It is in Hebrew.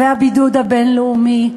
והבידוד הבין-לאומי,